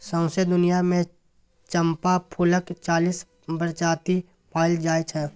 सौंसे दुनियाँ मे चंपा फुलक चालीस प्रजाति पाएल जाइ छै